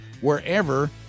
wherever